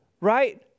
Right